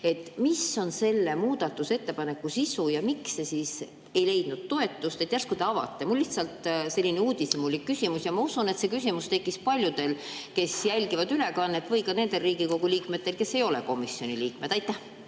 Mis on selle muudatusettepaneku sisu ja miks see ei leidnud toetust? Järsku te avate? Mul on lihtsalt selline uudishimulik küsimus ja ma usun, et see küsimus tekkis paljudel, kes jälgivad ülekannet, või ka nendel Riigikogu liikmetel, kes ei ole komisjoni liikmed. Suur